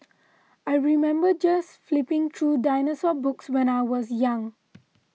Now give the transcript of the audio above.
I remember just flipping through dinosaur books when I was young